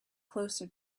closer